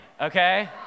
okay